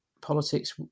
politics